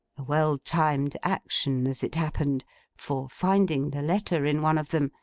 a well-timed action, as it happened for finding the letter in one of them,